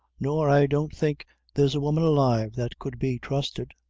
nor i don't think there's a woman alive that could be trusted,